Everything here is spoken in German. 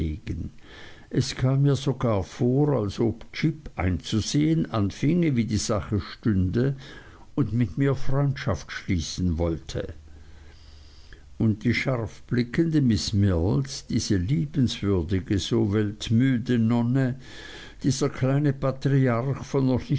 es kam mir sogar vor als ob jip einzusehen anfinge wie die sache stünde und mit mir freundschaft schließen wollte und die scharfblickende miß mills diese liebenswürdige so weltmüde nonne dieser kleine patriarch von